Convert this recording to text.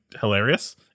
hilarious